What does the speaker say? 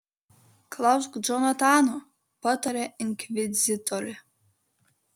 klausk džonatano patarė inkvizitorė